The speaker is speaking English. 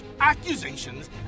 accusations